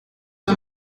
the